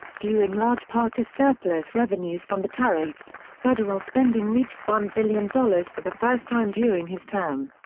due in large part to surplus revenues from the tariffs, federal spending reached one billion dollars for the first time during his term.